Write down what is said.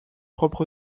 propre